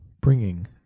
Bringing